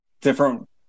different